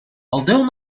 although